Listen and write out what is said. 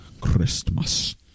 Christmas